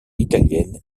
italienne